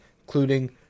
including